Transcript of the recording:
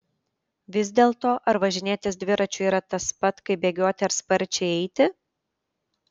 vis dėlto ar važinėtis dviračiu yra tas pat kaip bėgioti ar sparčiai eiti